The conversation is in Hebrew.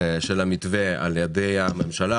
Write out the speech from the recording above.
של המתווה על ידי הממשלה,